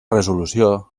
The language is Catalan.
resolució